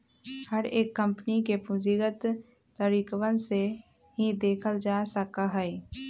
हर एक कम्पनी के पूंजीगत तरीकवन से ही देखल जा सका हई